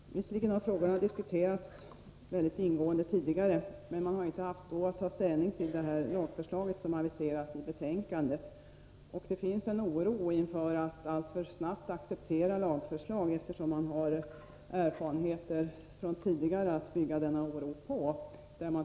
Herr talman! Visserligen har frågorna diskuterats mycket ingående tidigare, men man har då inte haft att ta ställning till det lagförslag som har aviserats i betänkandet. Det finns en oro för att alltför snabbt acceptera lagförslag, eftersom man tidigare förbigåtts.